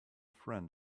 friend